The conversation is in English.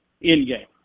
in-game